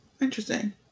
interesting